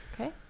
okay